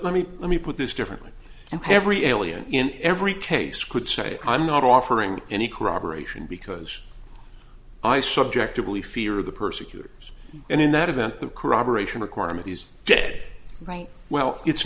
let me let me put this differently and every alien in every case could say i'm not offering any corroboration because i subjectively fear of the persecutors and in that event the corroboration requirement is dead right well it's